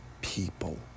people